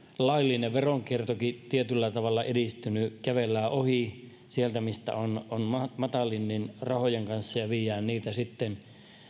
laillinen veronkiertokin tietyllä tavalla edistynyt kävellään ohi sieltä missä on matalinta rahojen kanssa ja viedään niitä sitten